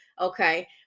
okay